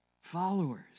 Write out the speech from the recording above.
followers